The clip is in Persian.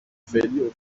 فعلی